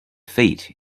feet